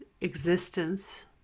existence